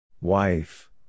Wife